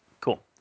cool